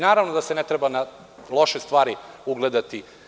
Naravno da se ne treba na loše stvari ugledati.